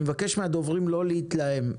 אני מבקש מהדוברים לא להתלהם.